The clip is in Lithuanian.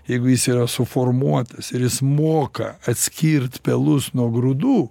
jeigu jis yra suformuotas ir jis moka atskirt pelus nuo grūdų